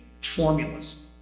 formulas